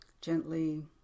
gently